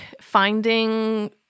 finding